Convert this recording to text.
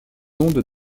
ondes